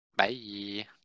bye